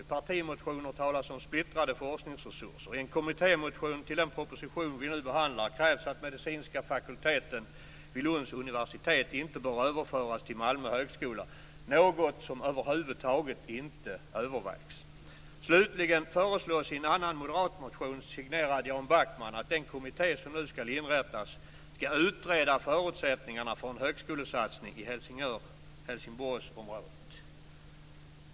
I partimotioner talas om splittrade forskningsresurser. I en kommittémotion till den proposition vi nu behandlar krävs att medicinska fakulteten vid Lunds universitet inte överförs till Malmö högskola - något som över huvud taget inte övervägs. Slutligen föreslås i en annan moderatmotion, signerad Jan Backman, att den kommitté som nu skall inrättas skall utreda förutsättningarna för en högskolesatsning i Helsingör-Helsingborgsområdet.